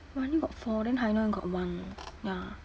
rani got four then hai noi got one ya